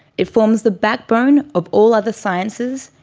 it forms the backbone of all other sciences,